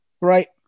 Right